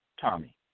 Tommy